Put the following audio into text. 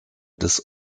des